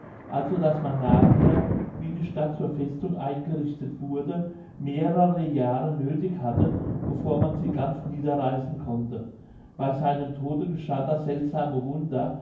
also daß man nachher wie die stadt zur festung eingerichtet wurde mehrere jahre nöthig hatte bevor man sie ganz niederreißen konnte bei seinem tode geschah das seltsame wunder